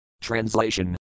Translation